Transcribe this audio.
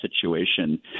situation